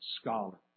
scholar